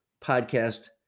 podcast